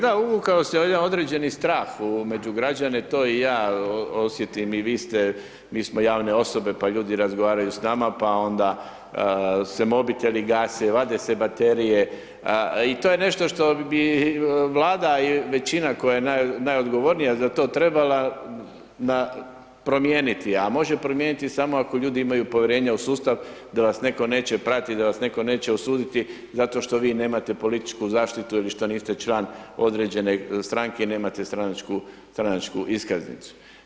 Da uvukao se jedan određeni strah među građane, to i ja osjetim, i vi ste mi smo javne osobe, pa ljudi razgovaraju s nama, pa se mobiteli gase, vade se baterije i to je nešto što bi vlada i većina koja je najodgovornija za to trebala promijeniti, a može promijeniti samo ako ljudi imaju povjerenje u sustav, da vas netko neće pratiti, da vas netko neće osuditi, zato što vi nemate političku zaštitu, ili što niste član određene stranke i nema stranačku iskaznicu.